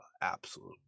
absolute